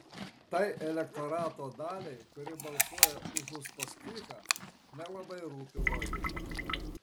tai elektorato daliai kuri balsuoja už uspaskichą nelabai rūpi logika